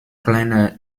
kleiner